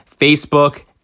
facebook